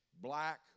Black